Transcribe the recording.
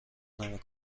نمی